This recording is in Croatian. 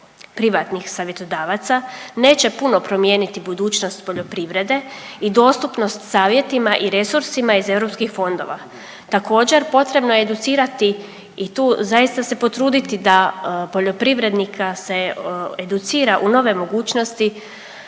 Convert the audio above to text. privatnih savjetodavaca neće puno promijeniti budućnost poljoprivrede i dostupnost savjetima i resursima iz europskih fondova. Također potrebno je educirati i tu zaista se potruditi da poljoprivrednika se educira u nove mogućosti